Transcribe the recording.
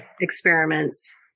experiments